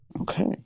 Okay